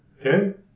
Ten